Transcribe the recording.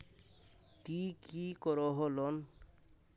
ती की करोहो लोन?